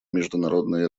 международные